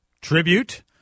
tribute